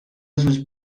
sus